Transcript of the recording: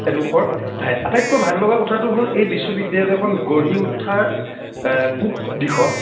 এডোখৰ ঠাইত আটাইতকৈ ভাল লগা কথাটো হ'ল এই বিশ্ববিদ্যালয়খন গঢ়ি উঠাৰ পূব দিশত